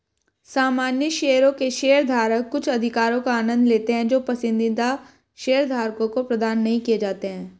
सामान्य शेयरों के शेयरधारक कुछ अधिकारों का आनंद लेते हैं जो पसंदीदा शेयरधारकों को प्रदान नहीं किए जाते हैं